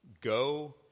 Go